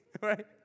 right